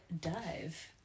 dive